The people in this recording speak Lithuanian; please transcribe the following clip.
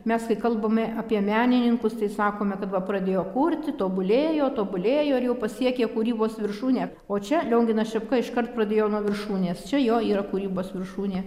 mes kai kalbame apie menininkus tai sakome kad va pradėjo kurti tobulėjo tobulėjo ir jau pasiekė kūrybos viršūnę o čia lionginas šepka iškart pradėjo nuo viršūnės čia jo yra kūrybos viršūnė